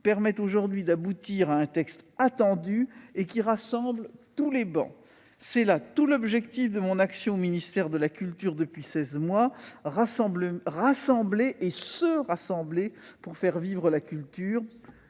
permet aujourd'hui d'aboutir à un texte attendu, et qui rassemble tous les groupes. C'est là tout l'objectif de mon action au ministère de la culture depuis seize mois : rassembler et se rassembler pour faire vivre la culture.